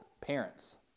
parents